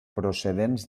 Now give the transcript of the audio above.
procedents